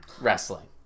Wrestling